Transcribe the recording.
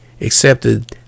accepted